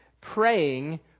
praying